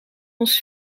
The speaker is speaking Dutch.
ons